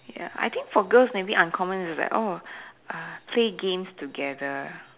ya I think for girls maybe uncommon is that oh uh play games together